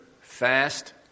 fast